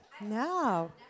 No